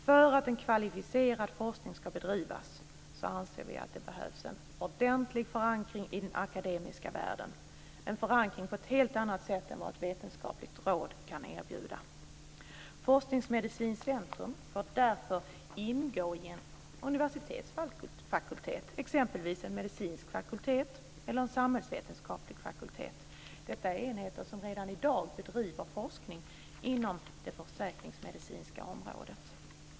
För att en kvalificerad forskning ska kunna bedrivas anser vi att det behövs en ordentlig förankring i den akademiska världen, en förankring på ett helt annat sätt än vad ett vetenskapligt råd kan erbjuda. Försäkringsmedicinska centrum bör därför ingå i en universitetsfakultet, exempelvis en medicinsk fakultet eller en samhällsvetenskaplig fakultet. Det är enheter som redan i dag bedriver forskning inom det försäkringsmedicinska området.